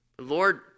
Lord